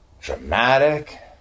dramatic